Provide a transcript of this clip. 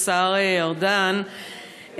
השר ארדן,